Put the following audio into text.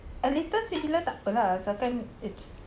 a little similar tak apa lah asalkan it's